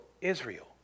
Israel